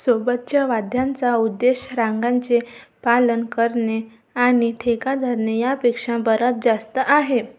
सोबतच्या वाद्यांचा उद्देश रांगांचे पालन करणे आणि ठेका धरणे यापेक्षा बराच जास्त आहे